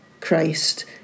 Christ